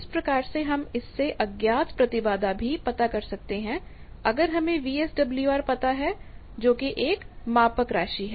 इस प्रकार से हम इससे अज्ञात प्रतिबाधा भी पता कर सकते हैं अगर हमें वीएसडब्ल्यूआर पता हो जो कि एक मापक राशि है